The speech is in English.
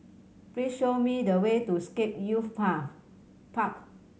please show me the way to Scape Youth Path Park